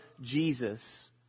Jesus